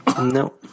No